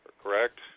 Correct